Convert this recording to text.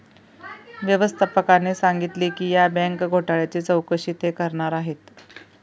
व्यवस्थापकाने सांगितले की या बँक घोटाळ्याची चौकशी ते करणार आहेत